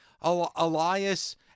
Elias